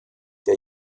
der